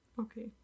Okay